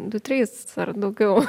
du trys ar daugiau